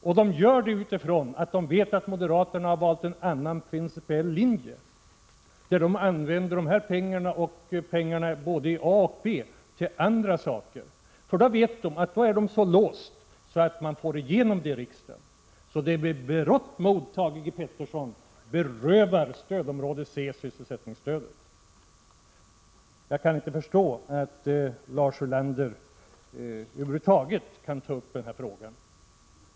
Bakgrunden till detta är att socialdemokraterna vet att moderaterna har valt en annan principiell linje. Moderaterna vill använda medlen från sysselsättningsstödet i stödområde C, tillsammans med motsvarande medel för stödområdena A och B, för andra ändamål. Socialdemokraterna vet att läget är så låst att man kommer att få igenom sin linje i kammaren. Det är alltså med berått mod som Thage G. Peterson berövar stödområde C dess sysselsättningsstöd. Jag kan inte förstå att Lars Ulander över huvud taget kan ta upp denna fråga.